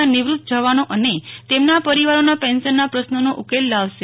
ના નિવૃત જવાનો અને તેમના પરિવારોના પેન્શનના પ્રશ્નોનો ઉકેલ લાવશે